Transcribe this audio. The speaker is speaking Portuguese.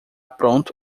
pronto